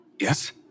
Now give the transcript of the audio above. Yes